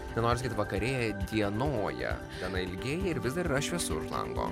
nenoriu sakyt vakarėja dienoja diena ilgėja ir vis dar yra šviesu už lango